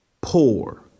poor